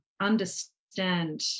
understand